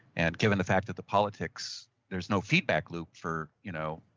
and given the fact that the politics, there's no feedback loop for you know